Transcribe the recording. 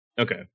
Okay